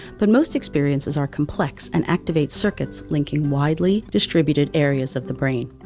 but most experiences are complex and activate circuits linking widely distributed areas of the brain.